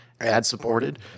ad-supported